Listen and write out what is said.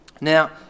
Now